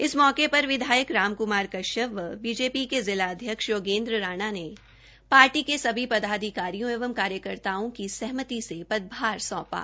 इस मौके पर विधायक राम कश्यप व बीजेपी के जिलाध्यक्ष योगेन्द्र राणा ने पार्टी के सभी पदाधिकारियों एवं कार्यकर्ताओं की सहमति से पदभार सौंपा